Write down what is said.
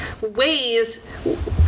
ways